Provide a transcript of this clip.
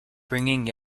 bringing